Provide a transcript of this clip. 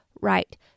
right